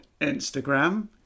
Instagram